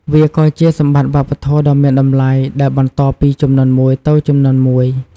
វាក៏ជាសម្បត្តិវប្បធម៌ដ៏មានតម្លៃដែលបន្តពីជំនាន់មួយទៅជំនាន់មួយ។